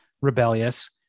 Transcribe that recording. Rebellious